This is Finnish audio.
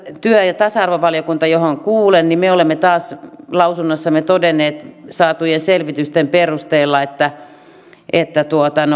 työ ja tasa arvovaliokunnassa johon kuulun me olemme taas lausunnossamme todenneet saatujen selvitysten perusteella että että